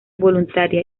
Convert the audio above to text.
voluntaria